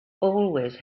always